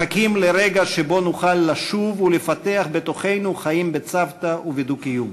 מחכים לרגע שבו נוכל לשוב ולפתח בתוכנו חיים בצוותא ובדו-קיום.